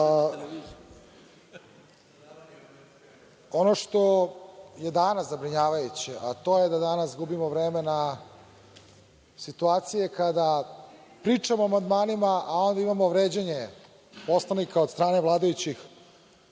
Ono što je danas zabrinjavajuće, a to je da danas gubimo vreme na situacije kada pričamo o amandmanima, a onda imamo vređanje poslanika od strane vladajuće